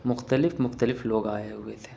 مختلف مختلف لوگ آئے ہوئے تھے